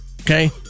okay